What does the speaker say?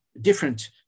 different